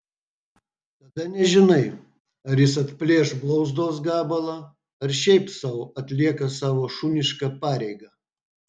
tada nežinai ar jis atplėš blauzdos gabalą ar šiaip sau atlieka savo šunišką pareigą